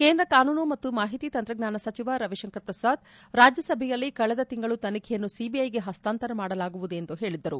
ಕೇಂದ್ರ ಕಾನೂನು ಮತ್ತು ಮಾಹಿತಿ ತಂತ್ರಜ್ಞಾನ ಸಚಿವ ರವಿಶಂಕರ್ ಪ್ರಸಾದ್ ರಾಜ್ಯಸಭೆಯಲ್ಲಿ ಕಳೆದ ತಿಂಗಳು ತನಿಖೆಯನ್ನು ಸಿಬಿಐಗೆ ಹಸ್ತಾಂತರ ಮಾಡಲಾಗುವುದು ಎಂದು ಹೇಳಿದ್ದರು